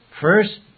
first